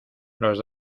los